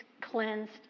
cleansed